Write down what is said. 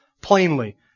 plainly